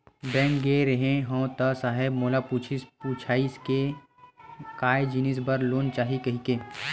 Bank गे रेहे हंव ता साहेब मोला पूछिस पुछाइस के काय जिनिस बर लोन चाही कहिके?